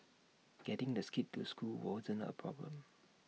getting the skids to school wasn't A problem